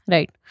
Right